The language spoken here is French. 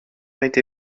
été